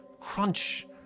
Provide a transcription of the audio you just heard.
crunch